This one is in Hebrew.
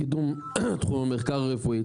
קידום תחום המחקר הרפואי,